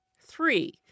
Three